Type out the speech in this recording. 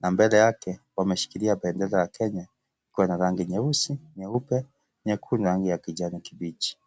na mbele yake wameshikilia bendera ya kenya ikiwa na rangi nyeusi, nyeupe, nyekundu na rangi ya kijani kibichi.